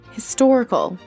Historical